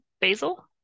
Basil